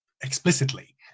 explicitly